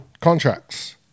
contracts